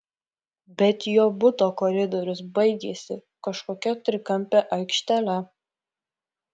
bet jo buto koridorius baigėsi kažkokia trikampe aikštele